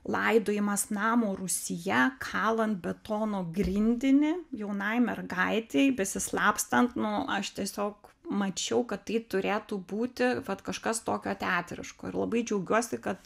laidojimas namo rūsyje kalant betono grindinį jaunai mergaitei besislapstant nu aš tiesiog mačiau kad tai turėtų būti vat kažkas tokio teatriško ir labai džiaugiuosi kad